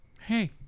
Hey